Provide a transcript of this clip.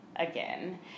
again